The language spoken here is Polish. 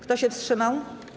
Kto się wstrzymał?